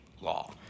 law